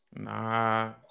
Nah